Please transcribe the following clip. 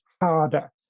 harder